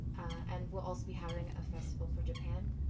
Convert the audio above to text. and we'll also be having a festival for japan,